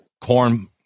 corn